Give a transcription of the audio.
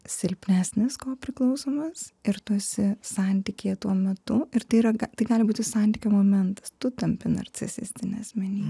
silpnesnis ko priklausomas ir tu esi santykyje tuo metu ir tai ranka tai gali būti santykių momentas tu tampi narcisistinė asmenybė